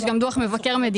יש גם את דוח מבקר מדינה